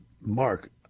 Mark